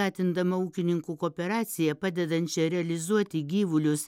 skatindama ūkininkų kooperaciją padedančią realizuoti gyvulius